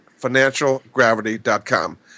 financialgravity.com